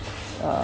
uh